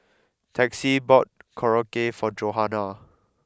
Texie bought Korokke for Johanna